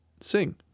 sing